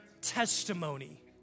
testimony